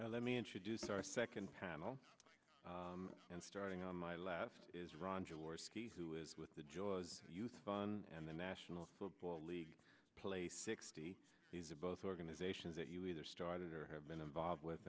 now let me introduce our second panel and starting on my last is ron jaworski who is with the jaws youth fund and the national football league play sixty these are both organizations that you either started or have been involved with